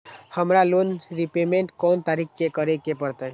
हमरा loan repayment कोन तारीख के करे के परतई?